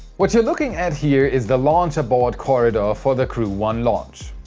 what you're looking at here is the launch abort corridor for the crew one launch.